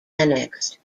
annexed